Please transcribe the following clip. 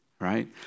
right